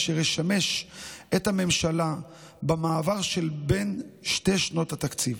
אשר ישמש את הממשלה במעבר שבין שתי שנות התקציב.